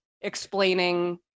explaining